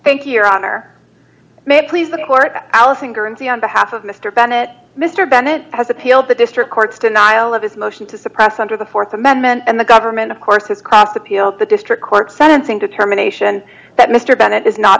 thank you your honor may it please the court allison guernsey on behalf of mr bennett mr bennett has appealed the district court's denial of his motion to suppress under the th amendment and the government of course has cost appealed the district court sentencing determination that mr bennett is not